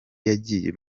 yagiye